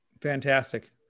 Fantastic